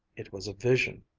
it was a vision.